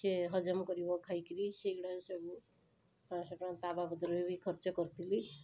ସେ ହଜମ କରିବ ଖାଇକରି ସେଗୁଡ଼ାକ ସବୁ ପାଞ୍ଚଶହ ଟଙ୍କା ତା'ବାବଦରେ ବି ଖର୍ଚ୍ଚ କରିଥିଲି